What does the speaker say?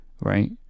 right